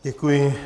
Děkuji.